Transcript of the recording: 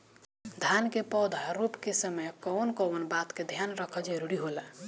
धान के पौधा रोप के समय कउन कउन बात के ध्यान रखल जरूरी होला?